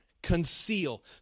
conceal